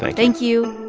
thank you